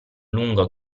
lungo